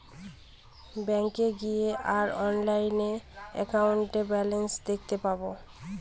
ব্যাঙ্কে গিয়ে আর অনলাইনে একাউন্টের ব্যালান্স দেখতে পাবো